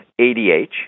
ADH